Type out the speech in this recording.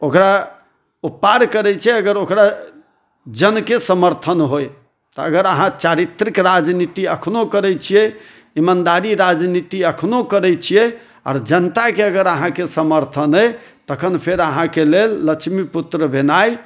ओकरा ओ पार करै छै अगर ओकरा जनके समर्थन होइ तऽ अगर अहाँ चारित्रिक राजनीति एखनो करै छियै इमानदारी राजनीति एखनो करै छियै आओर जनताके अगर अहाँके समर्थन अछि तखन फेर अहाँके लेल लक्ष्मीपुत्र भेनाइ